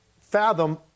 fathom